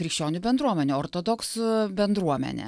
krikščionių bendruomenių ortodoksų bendruomenė